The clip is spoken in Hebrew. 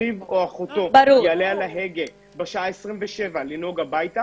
אחיו או אחותו יעלה על ההגה אחרי 27 שעות ערות.